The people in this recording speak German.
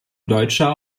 deutscher